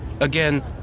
again